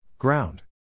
Ground